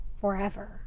forever